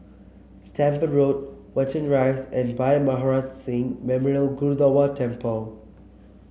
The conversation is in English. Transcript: Stamford Road Watten Rise and Bhai Maharaj Singh Memorial Gurdwara Temple